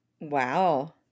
Wow